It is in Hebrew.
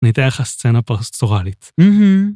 ‫אני אתן לך סצינה פוסט-סוראלית. ‫-מממ.